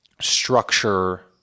structure